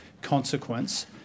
consequence